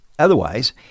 Otherwise